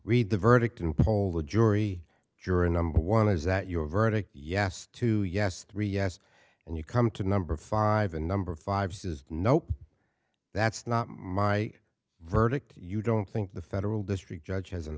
read the verdict and poll the jury juror number one is that your verdict yes two yes three yes and you come to number five and number five says no that's not my verdict you don't think the federal district judge has an